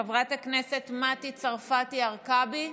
חברת הכנסת מטי צרפתי הרכבי,